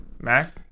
Mac